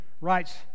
writes